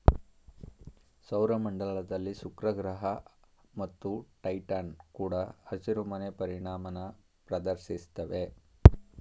ಸೌರ ಮಂಡಲದಲ್ಲಿ ಶುಕ್ರಗ್ರಹ ಮತ್ತು ಟೈಟಾನ್ ಕೂಡ ಹಸಿರುಮನೆ ಪರಿಣಾಮನ ಪ್ರದರ್ಶಿಸ್ತವೆ